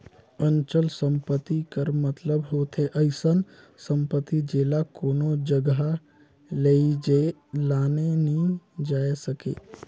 अचल संपत्ति कर मतलब होथे अइसन सम्पति जेला कोनो जगहा लेइजे लाने नी जाए सके